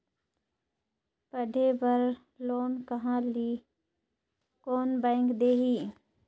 पढ़े बर लोन कहा ली? कोन बैंक देही?